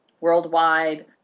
worldwide